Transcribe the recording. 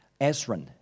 Asrin